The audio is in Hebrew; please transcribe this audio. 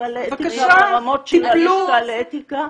הלשכה לאתיקה ברמות של הלשכה לאתיקה.